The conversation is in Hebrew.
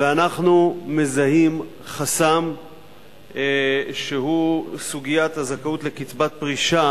ואנחנו מזהים חסם שהוא סוגיית הזכאות לקצבת פרישה